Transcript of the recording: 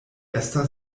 esta